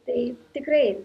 tai tikrai